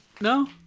No